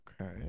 Okay